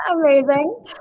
Amazing